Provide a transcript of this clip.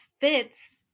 fits